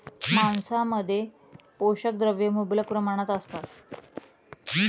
मांसामध्ये पोषक द्रव्ये मुबलक प्रमाणात असतात